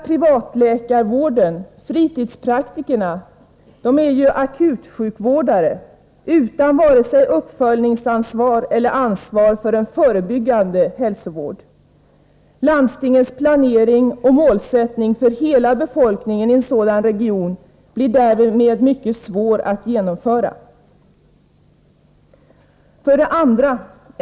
Privatläkarkåren, fritidspraktikerna, är ju akutsjukvårdare, utan vare sig uppföljningsansvar eller ansvar för en förebyggande hälsovård. Landstingens planering och målsättning för hela befolkningen i en sådan region blir därmed mycket svår att genomföra. 2.